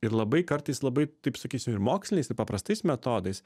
ir labai kartais labai taip sakysim ir moksliniais ir paprastais metodais